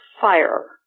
fire